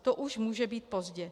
To už může být pozdě.